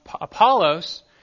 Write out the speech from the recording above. Apollos